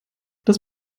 das